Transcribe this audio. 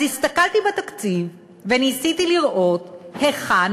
אז הסתכלתי בתקציב וניסיתי לראות היכן